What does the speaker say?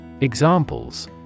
Examples